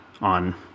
on